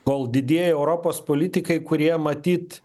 kol didieji europos politikai kurie matyt